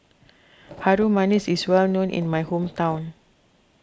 Harum Manis is well known in my hometown